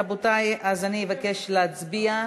רבותי, אבקש להצביע.